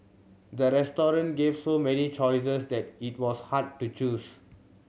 the restaurant gave so many choices that it was hard to choose